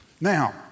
Now